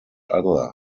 other